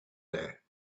there